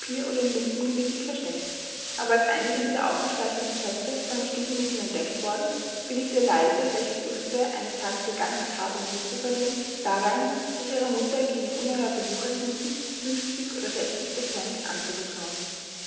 in lumpen gewickelt versteckt aber als einige dieser aufgespeicherten schätze von dem stubenmädchen entdeckt worden willigte eliza welche fürchtete eines tages ihr ganzes hab und gut zu verlieren darein es ihrer mutter gegen unerhörte wucherzinsen fünfzig oder sechzig prozent anzuvertrauen